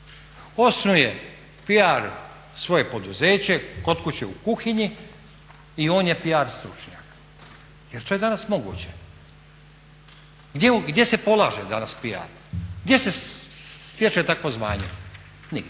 Osnuje svoje PR poduzeće kod kuće u kuhinji i on je PR stručnjak. Jer to je danas moguće. Gdje se polaže danas PR? Gdje se stječe takvo zvanje? Nigdje.